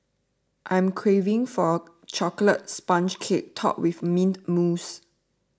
I am craving for a Chocolate Sponge Cake Topped with Mint Mousse